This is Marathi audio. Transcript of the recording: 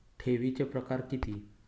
ठेवीचे प्रकार किती?